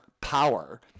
power